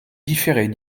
différer